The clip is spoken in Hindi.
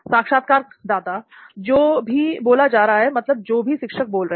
साक्षात्कारदाता जो भी बोला जा रहा है मतलब जो भी शिक्षक बोल रहे हैं